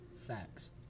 facts